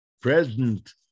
present